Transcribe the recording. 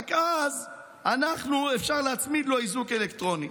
רק אז אפשר להצמיד לו איזוק אלקטרוני.